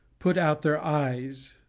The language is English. put out their eyes,